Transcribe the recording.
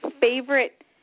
favorite